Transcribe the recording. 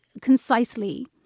concisely